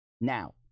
Now